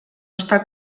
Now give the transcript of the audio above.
està